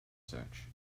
search